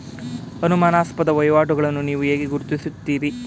ಅನುಮಾನಾಸ್ಪದ ವಹಿವಾಟುಗಳನ್ನು ನೀವು ಹೇಗೆ ಗುರುತಿಸುತ್ತೀರಿ?